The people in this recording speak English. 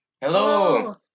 Hello